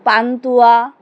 pantua